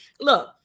Look